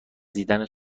دیدنت